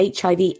HIV